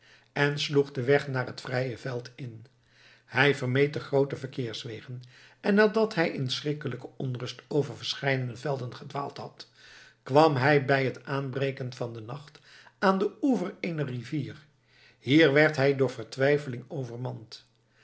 en sloeg den weg naar het vrije veld in hij vermeed de groote verkeerswegen en nadat hij in schrikkelijke onrust over verscheidene velden gedwaald had kwam hij bij het aanbreken van den nacht aan den oever eener rivier hier werd hij door vertwijfeling overmand